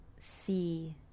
see